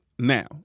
Now